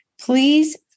Please